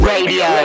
Radio